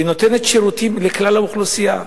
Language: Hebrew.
שנותנת שירותים לכלל האוכלוסייה.